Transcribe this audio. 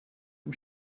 dem